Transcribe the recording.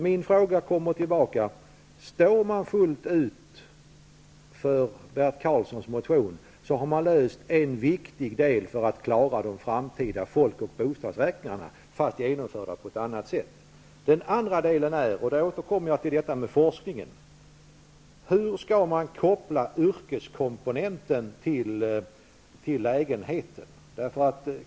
Min fråga kommer tillbaka: Står Ny demokrati fullt ut för Bert Karlssons motion? Då har man löst en viktig del för att klara de framtida folk och bostadsräkningarna, fast genomförda på ett annat sätt. Jag återkommer till forskningen: Hur skall man koppla yrkeskomponenten till lägenheten?